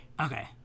Okay